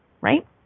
right